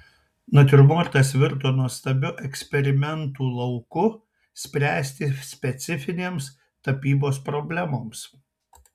natiurmortas virto nuostabiu eksperimentų lauku spręsti specifinėms tapybos problemoms